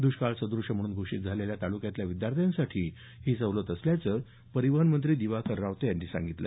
द्र्ष्काळसद्रश म्हणून घोषित झालेल्या तालुक्यातल्या विद्यार्थ्यांसाठी ही सवलत असल्याचं परिवहन मंत्री दिवाकर रावते यांनी सांगितलं